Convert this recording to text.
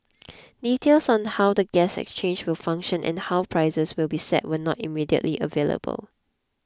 details on how the gas exchange will function and how prices will be set were not immediately available